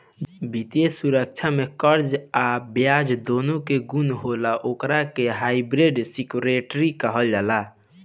वित्तीय सुरक्षा में कर्जा आ ब्याज दूनो के गुण होला ओकरा के हाइब्रिड सिक्योरिटी कहाला